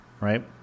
Right